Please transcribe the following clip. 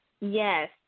Yes